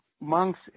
monks